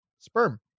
sperm